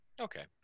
Okay